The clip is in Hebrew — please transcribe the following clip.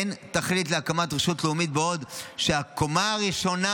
אין תכלית להקמת רשות לאומית בעוד הקומה הראשונה